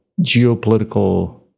geopolitical